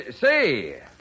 Say